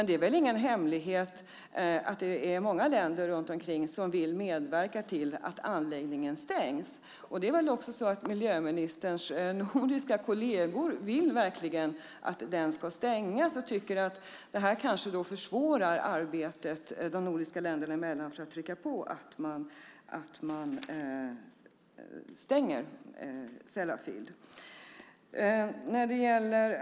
Det är väl ingen hemlighet att det är många länder runt omkring som vill medverka till att anläggningen stängs. Det är väl också så att miljöministerns nordiska kolleger verkligen vill att den ska stängas. Och de tycker att det här kanske försvårar arbetet, de nordiska länderna emellan, när det gäller att trycka på att man ska stänga Sellafield.